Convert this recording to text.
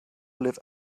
live